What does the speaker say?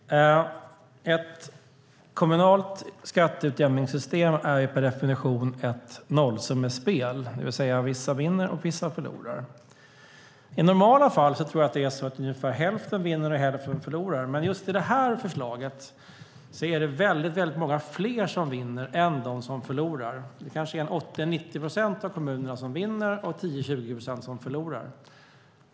Fru talman! Ett kommunalt skatteutjämningssystem är per definition ett nollsummespel, det vill säga att vissa vinner och andra förlorar. I normala fall är det så att ungefär hälften vinner och hälften förlorar, men just i detta förslag är det många fler som vinner än som förlorar. Det kanske är 80-90 procent av kommunerna som vinner och 10-20 procent som förlorar.